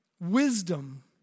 Wisdom